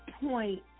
point